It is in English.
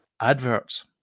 adverts